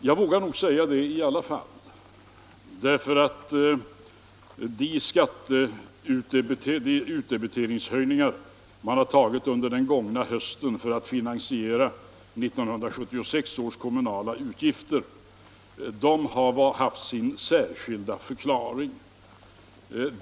Jag vågar nog ändå säga det, därför att de utdebiteringshöjningar man beslutat om under den gångna hösten för att finansiera 1976 års kommunala utgifter har haft sin särskilda förklaring.